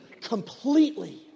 completely